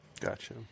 gotcha